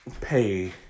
pay